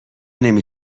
نمی